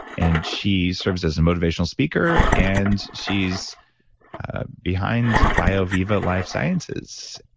and she serves as a motivational speaker and she's behind bioviva life sciences.